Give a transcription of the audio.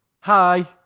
Hi